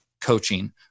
coaching